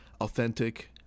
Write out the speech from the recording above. authentic—